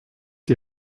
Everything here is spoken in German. die